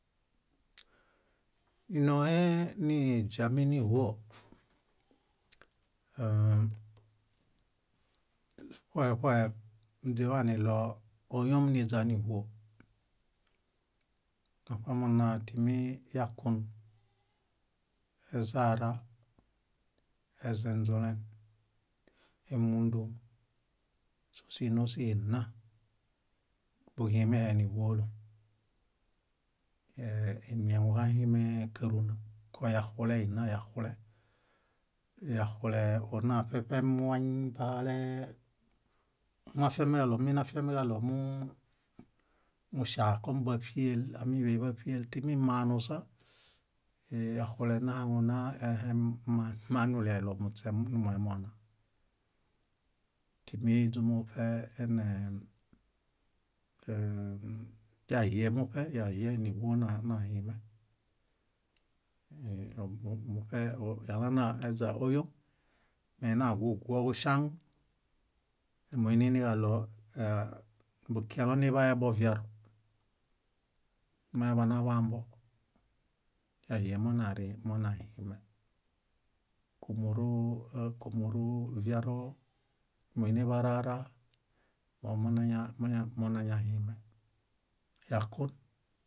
Ínoohe niźami níĥuo, ṗohe ṗohe źiḃaniɭo óyom niźa níĥuo. Muṗamunatimii yakun, ezaara, ezenźuleŋ, émundu. Sósinosihi nna, buhimehe níĥuolom, imieŋukahime káruna, koyaxuleina yaxule. Yaxule onaṗeṗem wañ bahalee moafiamiġaɭo muu- muŝaa kom báṗiel. Ámiḃebaṗiel timi manusa yaxule nahaŋunahem manuli aiɭo muśe numomona. Timi źumu e- enee yahie muṗe yahie níĥuo na- nahime á- á- muṗe alanaźa óyom me naguguo buŝan. Nimuiniġaɭo bukielõ niḃaye boviaro, maeḃanaḃambo, yahie monari monahime: kúmoro kúmoro kúmoro viaro, numuibarara, óo mona mona monañahime. Yakun,